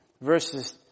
verses